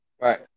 Right